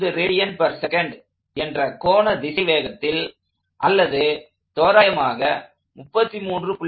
5 rads என்ற கோண திசைவேகத்தில் அல்லது தோராயமாக 33